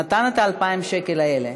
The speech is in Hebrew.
נתן את 2,000 השקל האלה,